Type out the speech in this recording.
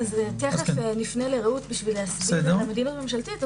תכף נפנה לרעות כדי שתסביר את המדיניות הממשלתית,